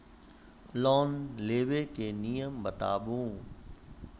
Loan लेबे के नियम बताबू?